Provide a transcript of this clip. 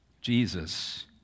Jesus